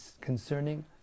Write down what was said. concerning